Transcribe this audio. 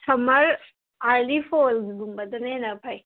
summer early ꯐꯣꯜꯒꯨꯝꯕꯗꯅ ꯍꯦꯟꯅ ꯐꯩ